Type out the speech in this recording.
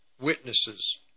witnesses